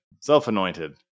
self-anointed